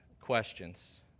questions